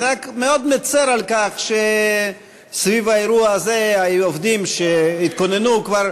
אני רק מאוד מצר על כך שסביב האירוע הזה היו עובדים שהתכוננו כבר,